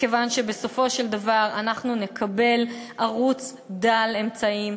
מכיוון שבסופו של דבר אנחנו נקבל ערוץ דל אמצעים,